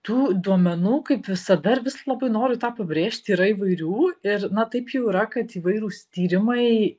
tų duomenų kaip visada ir vis labai noriu tą pabrėžti yra įvairių ir na taip jau yra kad įvairūs tyrimai